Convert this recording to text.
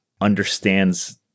understands